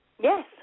Yes